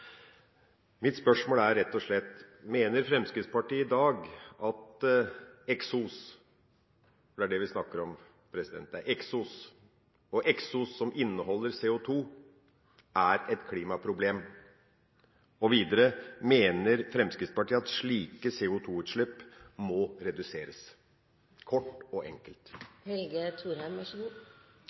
Mitt spørsmål er rett og slett: Mener Fremskrittspartiet i dag at eksos – for det er det vi snakker om, eksos som inneholder CO2 – er et klimaproblem? Og videre: Mener Fremskrittspartiet at slike CO2-utslipp må reduseres – kort og